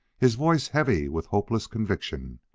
his voice heavy with hopeless conviction.